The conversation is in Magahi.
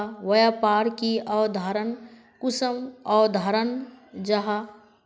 व्यापार की अवधारण कुंसम अवधारण जाहा?